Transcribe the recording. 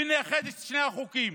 ונאחד את שני החוקים,